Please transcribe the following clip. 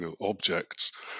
objects